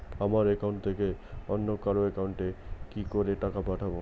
আমার একাউন্ট থেকে অন্য কারো একাউন্ট এ কি করে টাকা পাঠাবো?